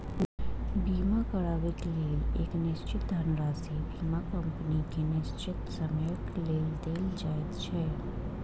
बीमा करयबाक लेल एक निश्चित धनराशि बीमा कम्पनी के निश्चित समयक लेल देल जाइत छै